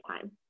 time